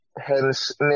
hence